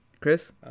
Chris